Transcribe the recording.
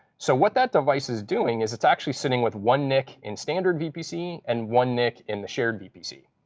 so what that device is doing is it's actually sitting with one nic in standard vpc and one nic in the shared vpc.